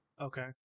Okay